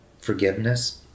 Forgiveness